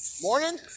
morning